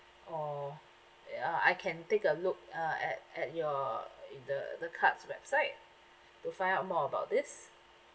or uh I can take a look uh at at your the the cards website to find out more about this